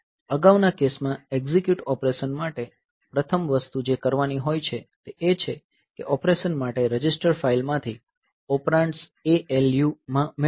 અગાઉના કેસમાં execute operation માટે પ્રથમ વસ્તુ જે કરવાની હોય છે તે એ છે કે ઑપરેશન માટે રજિસ્ટર ફાઇલ માંથી ઑપરેન્ડ્સ ALU માં મેળવવું